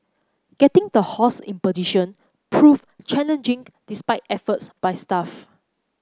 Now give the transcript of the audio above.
getting the horse in position proved challenging despite efforts by staff